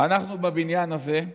אנחנו בבניין הזה,